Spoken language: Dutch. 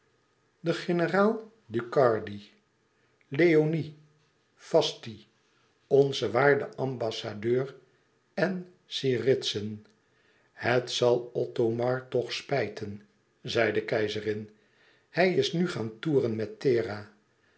de generaal ducardi leoni fasti onze waarde ambassadeur en graaf siridsen het zal othomar toch spijten zei de keizerin hij is nu gaan toeren met thera